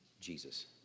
Jesus